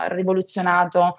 rivoluzionato